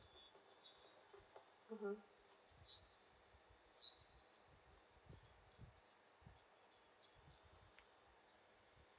mm